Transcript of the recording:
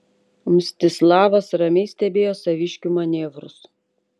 mstislavas ramiai stebėjo saviškių manevrus